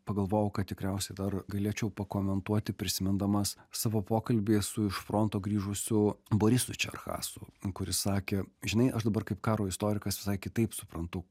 pagalvojau kad tikriausiai dar galėčiau pakomentuoti prisimindamas savo pokalbį su iš fronto grįžusiu borisu čerchasu kuris sakė žinai aš dabar kaip karo istorikas visai kitaip suprantu